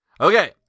Okay